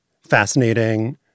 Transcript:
fascinating